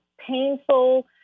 painful